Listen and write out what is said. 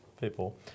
people